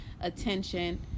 attention